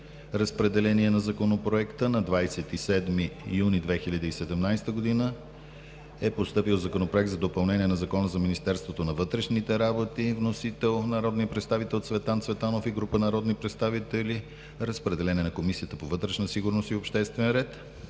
разпределение на Законопроекта. На 27 юни 2017 г. е постъпил Законопроект за допълнение на Закона за Министерството на вътрешните работи. Вносители са народният представител Цветан Цветанов и група народни представители. Разпределен е на Комисията по вътрешна сигурност и обществен ред.